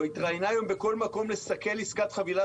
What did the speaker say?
התראיינה היום בכל מקום לסקל עסקת חבילה